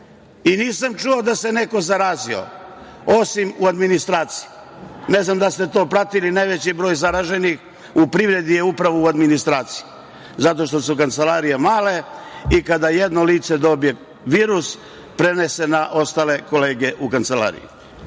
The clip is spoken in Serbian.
i nisam čuo da se neko zarazio, osim u administraciji. Ne znam da li ste to pratili, ali najveći broj zaraženih u privredi je upravo u administraciji, zato što su kancelarije male i kada jedno lice dobije virus, prenese na ostale kolege u kancelariji.